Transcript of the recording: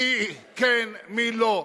מי כן, מי לא,